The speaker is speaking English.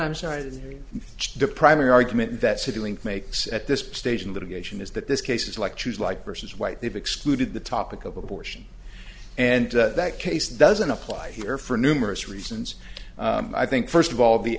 depriving argument that sibling makes at this stage in litigation is that this cases like choose like versus white they've excluded the topic of abortion and that case doesn't apply here for numerous reasons i think first of all the